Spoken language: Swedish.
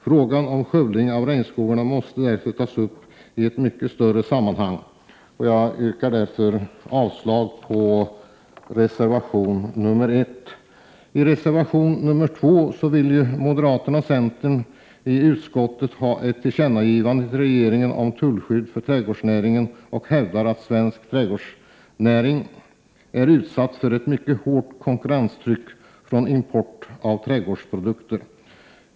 Frågan om skövlingen av regnskogarna måste tas upp i ett större sammanhang, och jag yrkar därför avslag på reservation nr 1. I reservation nr 2 vill moderata samlingspartiet och centerpartiet ha ett tillkännagivande till regeringen om tullskydd för trädgårdsnäringen. Man hävdar att svensk trädgårdsnäring är utsatt för ett mycket hårt konkurrenstryck från importen av trädgårdsprodukter.